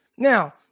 Now